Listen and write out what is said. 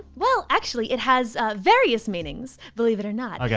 well, actually it has various meanings, believe it or not. yeah